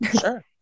sure